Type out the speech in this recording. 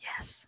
yes